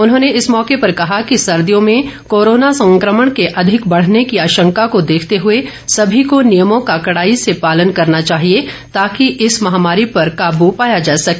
उन्होंने इस मौके पर कहा कि सर्दियों में कोरोना संक्रमण के अधिक बढने की आशंका को देखते हुए सभी को नियमों का कड़ाई से पालन करना चाहिए ताकि इस महामारी पर काबू पाया जा सके